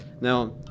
Now